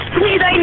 Please